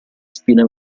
spina